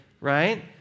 right